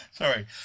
Sorry